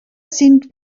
sind